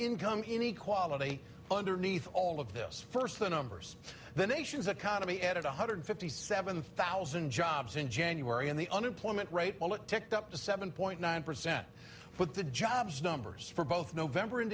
income inequality underneath all of this first the numbers the nation's economy added one hundred fifty seven thousand jobs in january and the unemployment rate while it ticked up to seven point nine percent but the jobs numbers for both november and